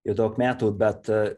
jau daug metų bet